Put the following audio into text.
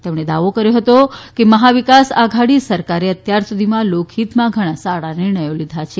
તેમણે દાવો કર્યો હતો કે મહા વિકાસ આઘાડી સરકારે અત્યાર સુધીમાં લોકહિતમાં ઘણાં સારા નિર્ણયો લીધા છે